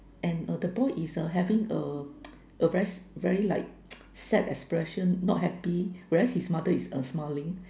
and err the boy is err having a a very very like sad expression not happy whereas his mother is err smiling